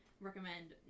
recommend